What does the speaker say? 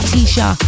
Tisha